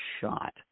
shot